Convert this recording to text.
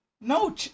No